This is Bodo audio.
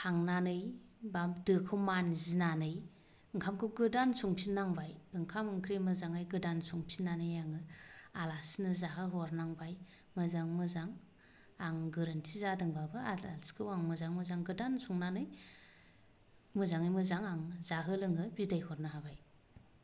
खांनानै बा दोखौ मानजिनानै ओंखामखौ गोदान संफिन्नांबाय ओंखाम ओंख्रि गोदानै मोजां संफिन्नानै आङो आलासिनो जाहो हरनांबाय मोजाङै मोजां आं गोरोन्थि जादोंबाबो आलासिखौ आं मोजाङै मोजां गोदान संनानै मोजाङै मोजां आं जाहो लोंहो बिदाय हरनो हाबाय